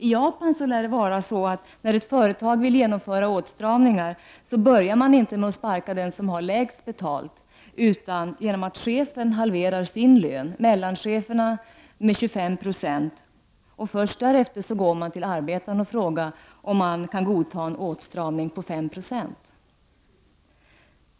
I Japan lär det vara så, att när ett företag vill genomföra åtstramningar börjar man inte med att sparka dem som har lägst betalt, utan med att chefen halverar sin lön och mellancheferna avstår 25 90. Först därefter går man till arbetarna och frågar om de kan godta en åtstramning på 5 70.